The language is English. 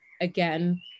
Again